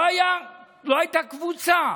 לא הייתה קבוצה